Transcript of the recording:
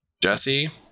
Jesse